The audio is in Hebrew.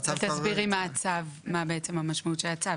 תסבירי מה הצו, מה המשמעות של הצו.